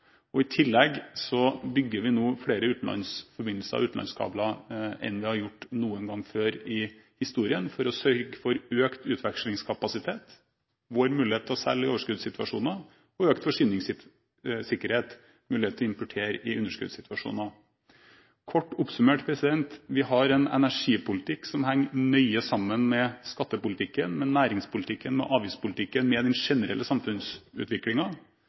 I tillegg bygger vi nå flere utenlandsforbindelser, utenlandskabler, enn vi har gjort noen gang tidligere i historien, for å sørge for økt utvekslingskapasitet, vår mulighet til å selge i overskuddssituasjoner, økt forsyningssikkerhet og mulighet til å importere i underskuddssituasjoner. Kort oppsummert: Vi har en energipolitikk som henger nøye sammen med skattepolitikken, med næringspolitikken, med avgiftspolitikken og med den generelle